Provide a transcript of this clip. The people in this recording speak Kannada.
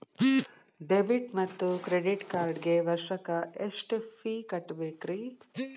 ಡೆಬಿಟ್ ಮತ್ತು ಕ್ರೆಡಿಟ್ ಕಾರ್ಡ್ಗೆ ವರ್ಷಕ್ಕ ಎಷ್ಟ ಫೇ ಕಟ್ಟಬೇಕ್ರಿ?